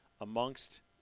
amongst